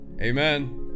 Amen